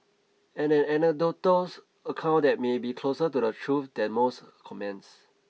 and an anecdotal account that may be closer to the truth than most comments